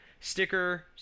Sticker